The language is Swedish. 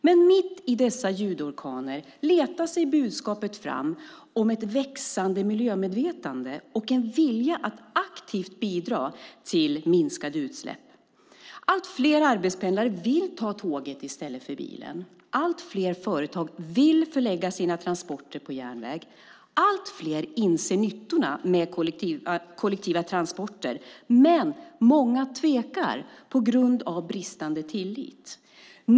Men mitt i dessa ljudorkaner letar sig budskapet fram om ett växande miljömedvetande och en vilja att aktivt bidra till minskade utsläpp. Allt fler arbetspendlare vill ta tåget i stället för bilen. Allt fler företag vill förlägga sina transporter till järnväg. Allt fler inser nyttan med kollektiva transporter. Men många tvekar på grund av bristande tillit.